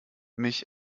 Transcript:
mich